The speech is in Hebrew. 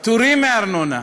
פטורים מארנונה.